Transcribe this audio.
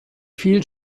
viel